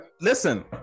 Listen